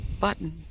Button